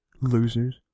Losers